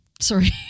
Sorry